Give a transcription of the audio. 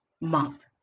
month